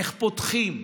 איך פותחים.